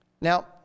Now